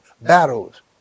battles